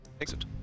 Exit